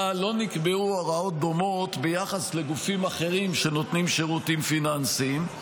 אבל לא נקבעו הוראות דומות ביחס לגופים אחרים שנותנים שירותים פיננסיים.